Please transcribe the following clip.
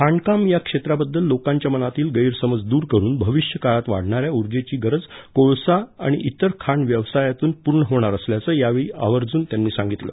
खाणकाम या क्षेत्रबद्दल लोकांच्या मनातील गैरसमज दूर करून भविष्य काळात वाढणाऱ्या उर्जेची गरज कोळसा आणि इतर खाण व्यवसायातून पूर्ण होणार असल्याचं यावेळी त्यांनी आवर्जून सांगितलं